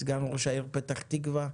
סגן ראש העיר פתח תקווה,